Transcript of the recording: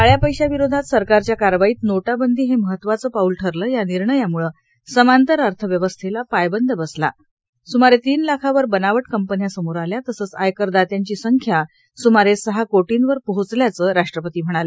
काळ्या पैशाविरोधात सरकारच्या कारवाईत नोटाबंदी हे महत्त्वाचं पाऊल ठरलं या निर्णयामुळे समांतर अर्थव्यवस्थेला पायबंद बसला सुमारे तीन लाखावर बनावट कंपन्या समोर आल्या तसंच आयकर दात्यांची संख्या स्मारे सहा कोटींवर पोहोचल्याचं राष्ट्रपती म्हणाले